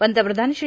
पंतप्रधान श्री